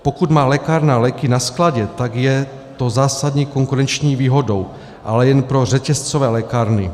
Pokud má lékárna léky na skladě, tak je to zásadní konkurenční výhodou, ale jen pro řetězcové lékárny.